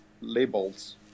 labels